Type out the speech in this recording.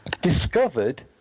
discovered